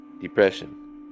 depression